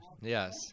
Yes